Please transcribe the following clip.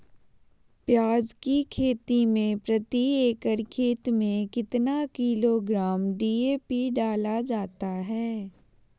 प्याज की खेती में प्रति एकड़ खेत में कितना किलोग्राम डी.ए.पी डाला जाता है?